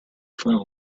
far